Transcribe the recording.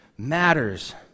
matters